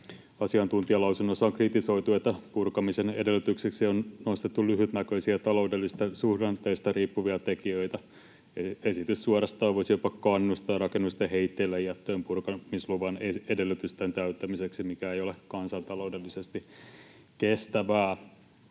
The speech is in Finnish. Asiantuntijalausunnoissa on kritisoitu, että purkamisen edellytykseksi on nostettu lyhytnäköisiä taloudellisista suhdanteista riippuvia tekijöitä. Esitys voisi jopa suorastaan kannustaa rakennusten heitteillejättöön purkamisluvan edellytysten täyttämiseksi, mikä ei ole kansantaloudellisesti kestävää.